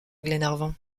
glenarvan